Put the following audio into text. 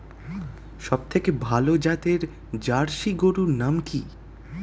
সবথেকে ভালো জাতের জার্সি গরুর নাম কি?